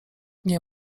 nie